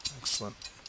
Excellent